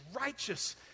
righteous